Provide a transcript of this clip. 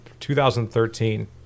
2013